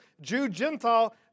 Jew-Gentile